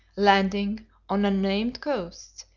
landing on unnamed coasts,